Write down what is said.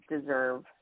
deserve